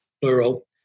plural